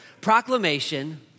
Proclamation